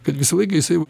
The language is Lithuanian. kad visą laiką jisai